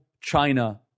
China